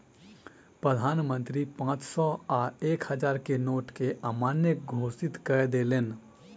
प्रधान मंत्री पांच सौ आ एक हजार के नोट के अमान्य घोषित कय देलैन